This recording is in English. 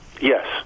Yes